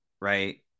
right